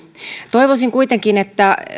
toivoisin kuitenkin että